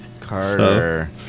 Carter